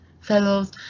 fellows